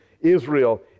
Israel